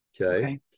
okay